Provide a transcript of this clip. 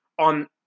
on